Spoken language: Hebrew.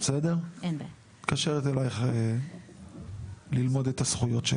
אני מתקשרת אליך ללמוד את הזכויות שלי